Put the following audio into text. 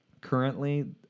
Currently